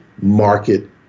market